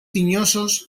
tinyosos